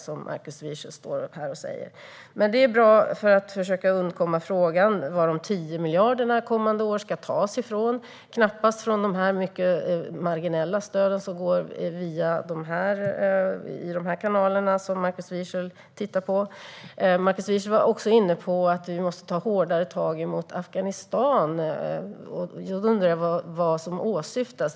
Men det är ett bra sätt att försöka undkomma frågan om var de 10 miljarderna ska tas ifrån. Det kan knappast vara från de marginella stöd som går via de kanaler som Markus Wiechel har tittat på. Markus Wiechel var också inne på att vi måste ta hårdare tag mot Afghanistan. Jag undrar vad som åsyftas.